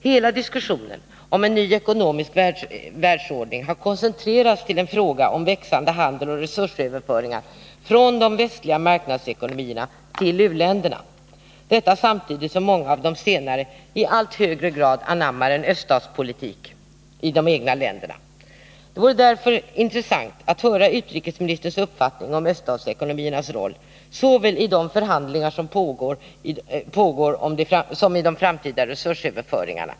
Hela diskussionen om en ny ekonomisk världsordning har koncentrerats till en fråga om växande handel och resursöverföringar från de västliga marknadsekonomierna till uländerna, samtidigt som många av de senare i allt högre grad anammar en öÖststatspolitik i de egna länderna. Det vore därför intressant att höra utrikesministerns uppfattning om öststatsekonomiernas roll, såväl i de förhandlingar som pågår som i de framtida resursöverföringarna.